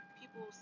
people